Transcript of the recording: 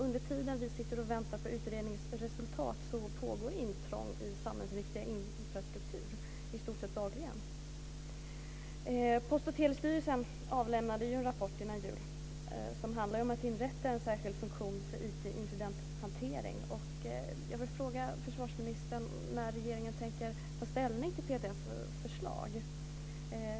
Under tiden vi sitter och väntar på utredningens resultat pågår intrång i samhällsviktig infrastruktur i stort sett dagligen. förslag.